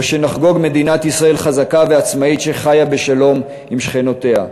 או שנחגוג מדינת ישראל חזקה ועצמאית שחיה בשלום עם שכנותיה?